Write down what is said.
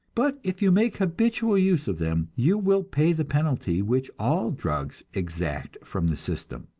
but if you make habitual use of them, you will pay the penalty which all drugs exact from the system.